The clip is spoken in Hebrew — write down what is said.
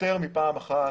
יותר מפעם אחת